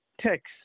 text